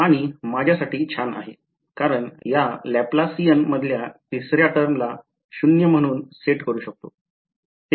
आणि माझ्यासाठी छान आहे कारण या Laplacian मधल्या तिसऱ्या टर्मला शून्य म्हणून सेट करू शकतो